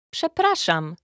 Przepraszam